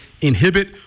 inhibit